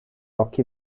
occhi